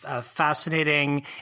fascinating